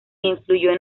influyó